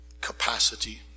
capacity